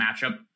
matchup